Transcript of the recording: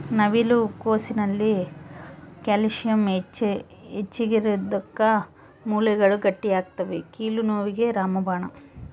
ನವಿಲು ಕೋಸಿನಲ್ಲಿ ಕ್ಯಾಲ್ಸಿಯಂ ಹೆಚ್ಚಿಗಿರೋದುಕ್ಕ ಮೂಳೆಗಳು ಗಟ್ಟಿಯಾಗ್ತವೆ ಕೀಲು ನೋವಿಗೆ ರಾಮಬಾಣ